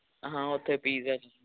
ਹਾਂ ਉਥੇ ਪੀਜਾ ਵ